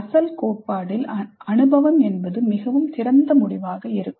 அசல் கோட்பாட்டில் அனுபவம் என்பது மிகவும் திறந்த முடிவாக இருக்கும்